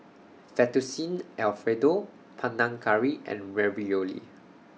Fettuccine Alfredo Panang Curry and Ravioli